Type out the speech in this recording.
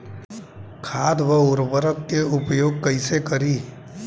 खाद व उर्वरक के उपयोग कईसे करी?